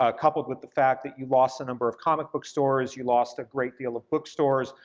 ah coupled with the fact that you lost a number of comic book stores, you lost a great deal of bookstores,